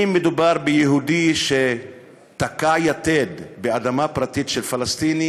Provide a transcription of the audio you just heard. אם מדובר ביהודי שתקע יתד באדמה פרטית של פלסטיני